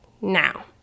now